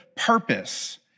purpose